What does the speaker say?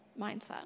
mindset